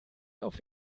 auf